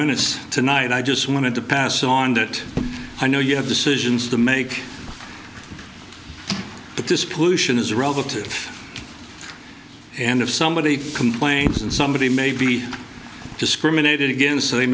minutes tonight i just wanted to pass on that i know you have decisions to make but this pollution is relative and if somebody complains and somebody may be discriminated against th